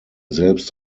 selbst